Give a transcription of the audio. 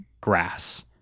grass